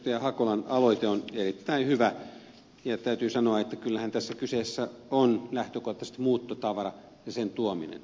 hakolan aloite on erittäin hyvä ja täytyy sanoa että kyllähän tässä kyseessä on lähtökohtaisesti muuttotavara ja sen tuominen